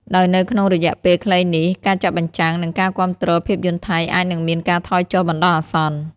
ដោយនៅក្នុងរយៈពេលខ្លីនេះ ការចាក់បញ្ចាំង និងការគាំទ្រភាពយន្តថៃអាចនឹងមានការថយចុះបណ្តោះអាសន្ន។